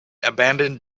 abandoned